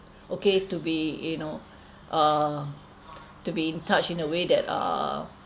okay to be you know uh to be in touch in a way that uh